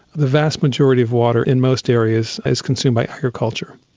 the vast majority of water in most areas is consumed by agriculture.